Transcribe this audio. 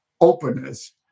openness